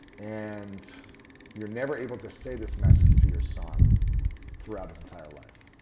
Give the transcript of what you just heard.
and you're never able to say this message to your son throughout his entire life.